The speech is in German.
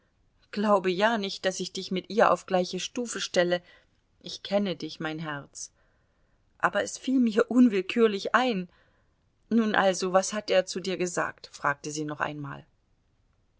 glaube ja nicht daß ich dich mit ihr auf gleiche stufe stelle ich kenne dich mein herz aber es fiel mir unwillkürlich ein nun also was hat er zu dir gesagt fragte sie noch einmal